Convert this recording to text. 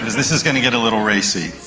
this is going to get a little racy.